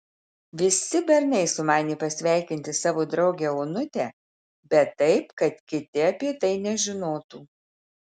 visi bernai sumanė pasveikinti savo draugę onutę bet taip kad kiti apie tai nežinotų